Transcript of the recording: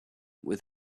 with